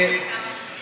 תדייק אתה בדבריך.